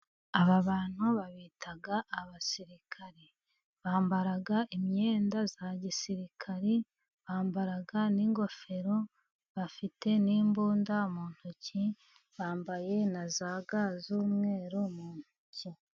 Aba bantu babita abasirikare . Bambara imyenda ya gisirikari ,bambara n'ingofero, bafite n'imbunda mu ntoki, bambaye na za ga z'umweru mu ntoki.